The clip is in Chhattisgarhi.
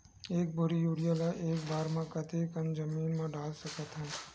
एक बोरी यूरिया ल एक बार म कते कन जमीन म डाल सकत हन?